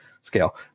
scale